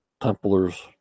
Templars